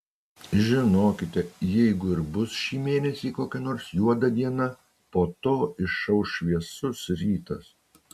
žinokite jeigu ir bus šį mėnesį kokia nors juoda diena po to išauš šviesus rytas